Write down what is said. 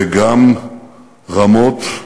וגם רמות,